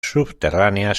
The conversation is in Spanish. subterráneas